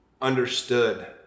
understood